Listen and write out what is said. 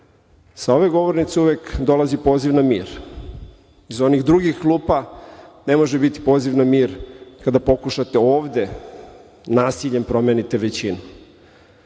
Sa ove govornice uvek dolazi poziv za mir. Iz onih drugih klupa ne može biti poziv na mir, kada pokušate ovde, nasiljem da promenite većinu. Znate,